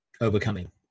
overcoming